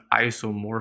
isomorphism